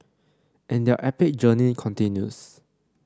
and their epic journey continues